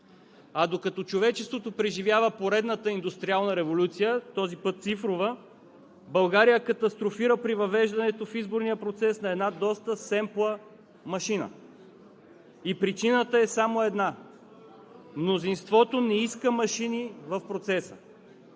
А, докато човечеството преживява поредната индустриална революция – този път цифрова, България катастрофира при въвеждането в изборния процес на една доста семпла машина. И причината е само една – мнозинството не иска машини в процеса